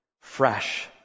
Fresh